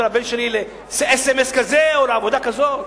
הבן שלי על אס.אם.אס כזה או על עבודה כזאת?